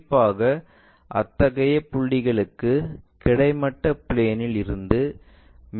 குறிப்பாக அத்தகைய புள்ளிகளுக்கு கிடைமட்ட பிளேன் இல் இருந்து மேலே உள்ள உயரம் ஆகும்